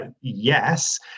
yes